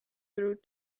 through